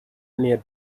near